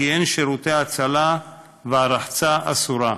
כי אין שירותי הצלה והרחצה אסורה.